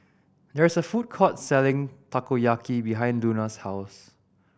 there is a food court selling Takoyaki behind Luna's house